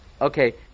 Okay